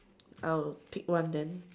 I'll pick one then